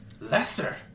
Lesser